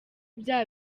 bya